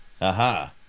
Aha